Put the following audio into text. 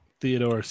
Theodore